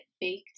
baked